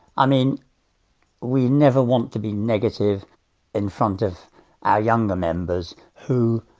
i mean we never want to be negative in front of our younger members who